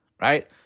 right